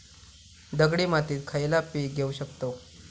दगडी मातीत खयला पीक घेव शकताव?